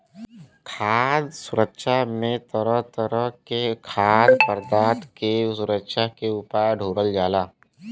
खाद्य सुरक्षा में तरह तरह के खाद्य पदार्थ के सुरक्षा के उपाय ढूढ़ल जाला